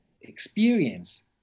experience